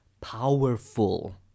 Powerful